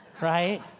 right